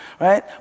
right